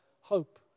hope